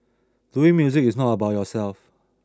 doing music is not about yourself